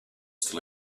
still